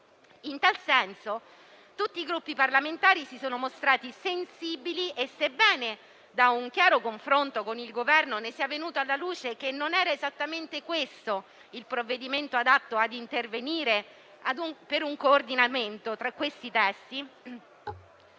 In tal senso, tutti i Gruppi parlamentari si sono mostrati sensibili e, sebbene da un chiaro confronto con il Governo sia venuto alla luce che non era esattamente questo il provvedimento adatto a intervenire per un coordinamento tra questi testi,